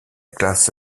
classe